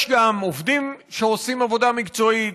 יש עובדים שעושים עבודה מקצועית,